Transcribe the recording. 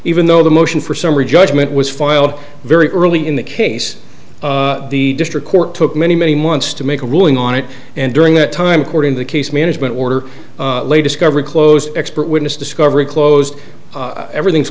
even though the motion for summary judgment was filed very early in the case the district court took many many months to make a ruling on it and during that time courting the case management order lay discovery close expert witness discovery closed everything